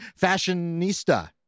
fashionista